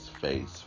face